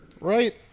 Right